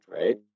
right